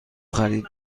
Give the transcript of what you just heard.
خرید